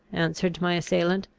answered my assailant,